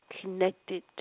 Connected